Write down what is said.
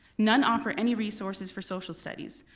none offer any resources for social studies.